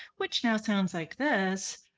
which now sounds like this.